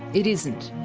it isn't.